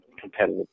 competitive